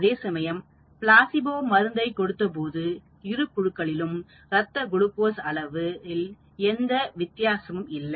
அதேசமயம் பிளாசிபோ மருந்தை கொடுத்த போது இரு குழுக்களிலும் ரத்த குளுக்கோஸ் அளவில் எந்த வித்தியாசமும் இல்லை